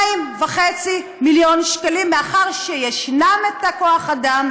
2.5 מיליון שקלים, מאחר שיש כוח-האדם,